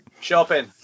shopping